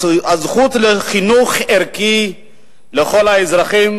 הזכות לחינוך ערכי לכל האזרחים,